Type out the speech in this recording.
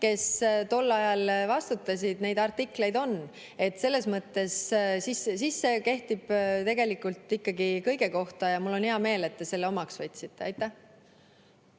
kes tol ajal vastutasid. Neid artikleid on. Selles mõttes see kehtib siis tegelikult ikkagi kõige kohta ja mul on hea meel, et te selle omaks võtsite. Aitäh!